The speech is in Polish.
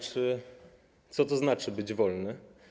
Co to znaczy: być wolny?